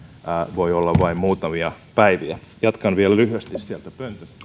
voi olla vain muutamia päiviä jatkan vielä lyhyesti sieltä pöntöstä